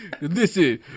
Listen